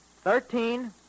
thirteen